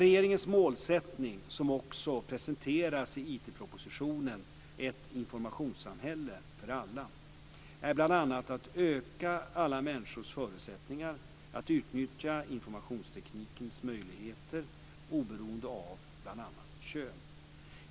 Regeringens målsättning, som också presenterats i , är bl.a. att öka alla människors förutsättningar att utnyttja informationsteknikens möjligheter oberoende av bl.a. kön.